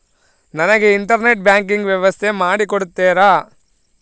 ನನಗೆ internet banking ವ್ಯವಸ್ಥೆ ಮಾಡಿ ಕೊಡ್ತೇರಾ?